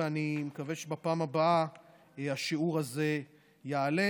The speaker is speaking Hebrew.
ואני מקווה שבפעם הבאה השיעור הזה יעלה.